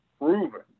proven